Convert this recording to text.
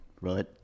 Right